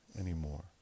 anymore